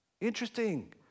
interesting